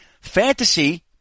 fantasy